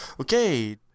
Okay